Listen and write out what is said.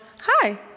Hi